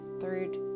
third